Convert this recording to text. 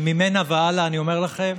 שממנה והלאה, אני אומר לכם,